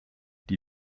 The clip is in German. die